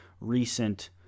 recent